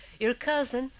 your cousin,